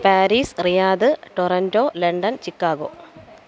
Paris Riyadh Toronto London Chicago